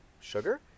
sugar